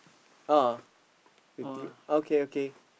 oh fifty okay okay